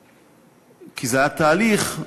כי זה היה תהליך: